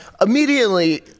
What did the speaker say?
Immediately